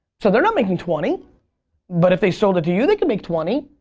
so they're not making twenty but if they sold it to you they could make twenty.